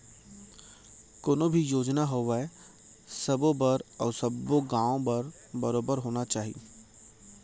कोनो भी योजना होवय सबो बर अउ सब्बो गॉंव बर बरोबर होना चाही